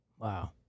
Wow